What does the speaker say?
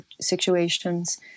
situations